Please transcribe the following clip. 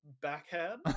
backhand